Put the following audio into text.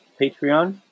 Patreon